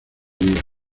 día